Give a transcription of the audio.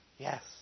Yes